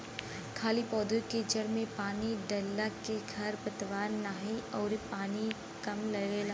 खाली पौधा के जड़ में पानी डालला के खर पतवार नाही अउरी पानी भी कम लगेला